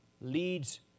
leads